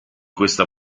questa